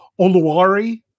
Oluwari